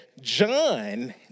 John